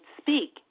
speak